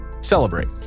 celebrate